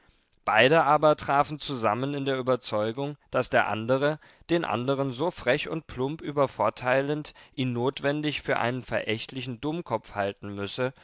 beide aber trafen zusammen in der überzeugung daß der andere den anderen so frech und plump übervorteilend ihn notwendig für einen verächtlichen dummkopf halten müsse